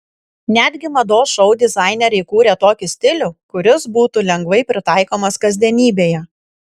netgi mados šou dizaineriai kūrė tokį stilių kuris būtų lengvai pritaikomas kasdienybėje